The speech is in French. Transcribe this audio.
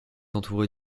entourée